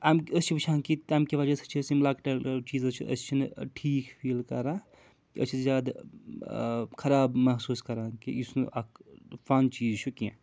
اَمہِ أسۍ چھِ وٕچھان کہِ تَمہِ کہِ وجہ سۭتۍ چھِ أسۍ یِم لۄکٕٹۍ چیٖز چھِ أسۍ چھِنہٕ ٹھیٖک فیٖل کَران تہٕ أسۍ چھِ زیادٕ خراب محسوٗس کَران کہِ یُس نہٕ اَکھ فَن چیٖز چھُ کیٚنٛہہ